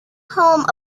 home